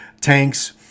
tanks